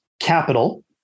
capital